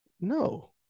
no